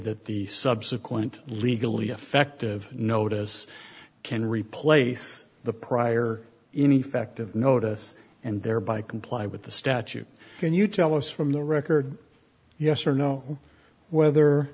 that the subsequent legally effective notice can replace the prior in effective notice and thereby comply with the statute can you tell us from the record yes or no whether